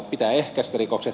pitää ehkäistä rikokset